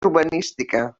urbanística